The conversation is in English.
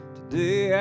Today